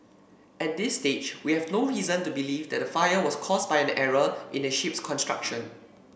at this stage we have no reason to believe the fire was caused by an error in the ship's construction